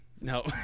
no